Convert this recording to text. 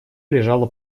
лежала